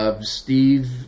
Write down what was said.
Steve